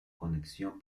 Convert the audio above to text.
conexión